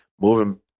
moving